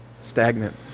stagnant